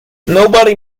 nobody